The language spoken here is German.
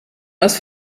aus